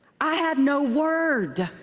i had no word.